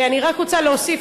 אני רק רוצה להוסיף,